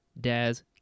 Daz